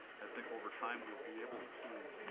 i think over time we will be able to